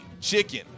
chicken